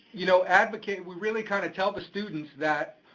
you know, advocate, we really kind of tell the students that